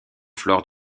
flore